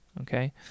okay